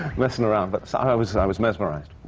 messing around. but i was i was mesmerized,